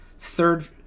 third